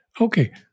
Okay